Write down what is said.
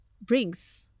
brings